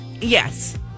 Yes